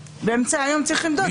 אחרים?